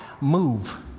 move